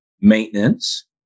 maintenance